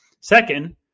Second